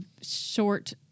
short